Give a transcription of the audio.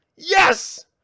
yes